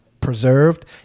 preserved